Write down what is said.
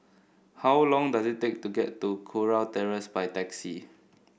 how long does it take to get to Kurau Terrace by taxi